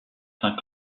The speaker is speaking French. cinq